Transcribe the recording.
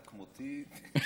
לא,